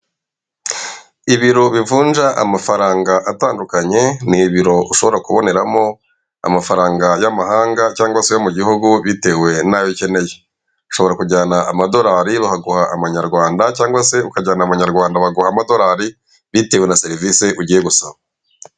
Ibiro bivunja amafaranga atandukanye ni ibiro ushobora kuboneramo amafaranga y'amahanga cyangwa se yo mu gihugu bitewe n'ayo ukeneye, ushobora kujyana amadorari bakaguha amanyarwanda cyangwa se ukajyana amanyarwanda bakaguha amadorari bitewe na serivise ugiye gusaba.